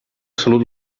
salut